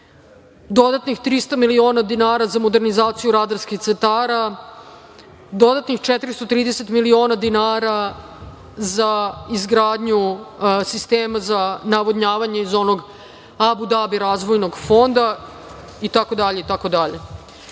dodatnih 300 miliona dinara za modernizaciju radarskih centara, dodatnih 430 miliona dinara za izgradnju sistema za navodnjavanje iz onog Abu Dabi razvojnog fonda, itd.